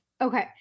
Okay